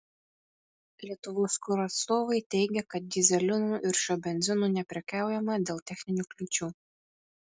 lietuvos kuro atstovai teigė kad dyzelinu ir šiuo benzinu neprekiaujama dėl techninių kliūčių